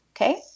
Okay